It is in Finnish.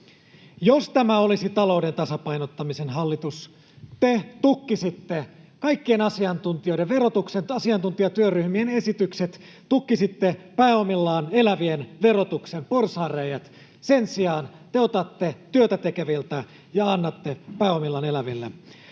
Jos tämä olisi talouden tasapainottamisen hallitus, te ottaisitte huomioon kaikkien verotuksen asiantuntijatyöryhmien esitykset, tukkisitte pääomillaan elävien verotuksen porsaanreiät. Sen sijaan te otatte työtätekeviltä ja annatte pääomillaan eläville.